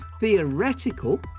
theoretical